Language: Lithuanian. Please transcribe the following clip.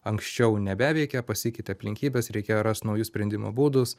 anksčiau nebeveikia pasikeitė aplinkybės reikėjo rast naujus sprendimo būdus